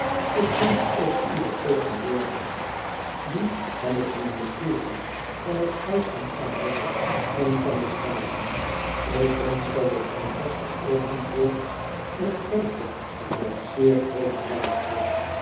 ik wensch ook uwe tegenwoordigheid die van het ministerie van het huis van adel en van de staten ik wensch dat het congres geopend wordt met grooten met zeer grooten luister